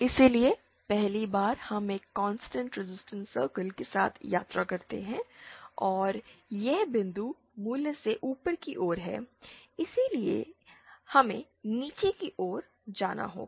इसलिए पहली बार हम एक कांस्टेंट रीसिस्टेंस सर्कल के साथ यात्रा करते हैं और यह बिंदु मूल से ऊपर की ओर है इसलिए हमें नीचे की ओर जाना होगा